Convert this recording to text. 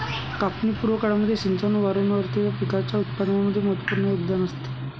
कापणी पूर्व काळामध्ये सिंचन वारंवारतेचा पिकाच्या उत्पादनामध्ये महत्त्वपूर्ण योगदान असते